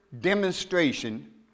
demonstration